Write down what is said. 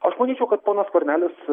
aš manyčiau kad ponas skvernelis